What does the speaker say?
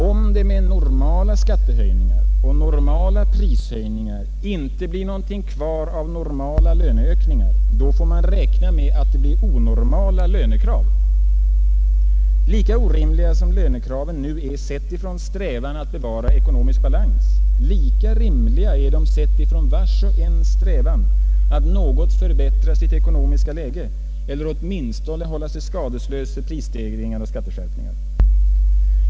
Om det med normala skattehöjningar och normala prishöjningar inte blir någonting kvar av normala löneökningar, då får man räkna med att det blir onormala lönekrav. Lika orimliga som lönekraven nu är, sedda från vår strävan att bevara ekonomisk balans, lika rimliga är de sedda från vars och ens strävan att något förbättra sitt ekonomiska läge eller åtminstone hålla sig skadeslös för prisstegringar och skatteskärpningar.